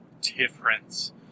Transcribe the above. difference